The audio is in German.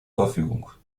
verfügung